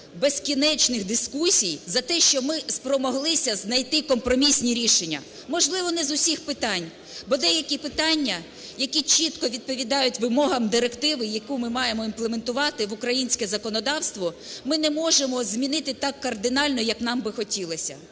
безкінечних дискусій за те, що ми спромоглися знайти компромісні рішення, можливо, не з усіх питань, бо деякі питання, які чітко відповідають вимогам директиви, яку ми маємо імплементувати в українське законодавство, ми не можемо змінити так кардинально, як нам би хотілося.